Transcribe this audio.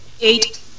Eight